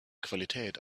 qualität